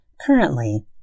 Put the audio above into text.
Currently